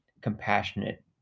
compassionate